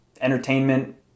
entertainment